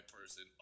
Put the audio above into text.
person